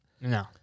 No